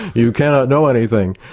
you cannot know anything'.